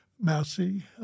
mousy